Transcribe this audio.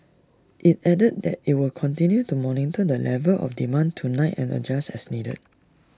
IT added that IT will continue to monitor the level of demand tonight and adjust as needed